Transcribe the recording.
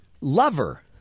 lover